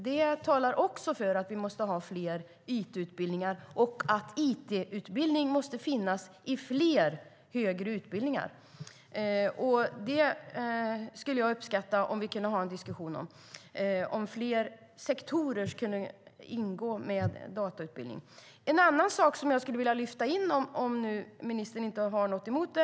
Det talar också för att vi måste ha fler it-utbildningar och att it-utbildning måste finnas i fler högre utbildningar. Jag skulle uppskatta om vi kunde ha en diskussion om att det kunde ingå datautbildning i fler sektorer. Jag har en annan sak jag skulle vilja lyfta in, om ministern inte har någonting emot det.